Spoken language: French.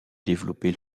développer